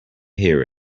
here